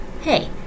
Hey